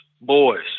boys